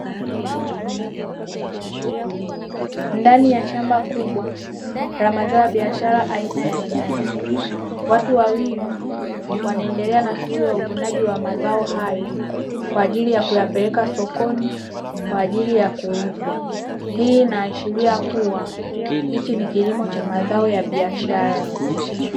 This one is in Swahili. Ndani ya shamba kubwa la mazao ya biashara aina ya nyanya, watu wawili wanaendelea na shughuli ya uvunaji wa mazao hayo, kwa ajili ya kuyapeleka sokoni, kwa ajili ya kuuzwa. Hii inaashiria kuwa, hichi ni kilimo cha mazao ya biashara.